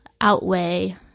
outweigh